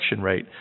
rate